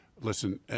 Listen